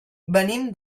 venim